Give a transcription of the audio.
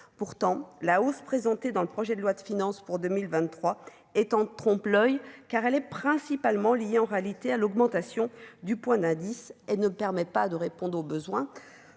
pourtant la hausse présenté dans le projet de loi de finances pour 2023 est en trompe-l oeil, car elle est principalement lié en réalité à l'augmentation du point d'indice et ne permet pas de répondre aux besoins,